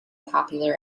popular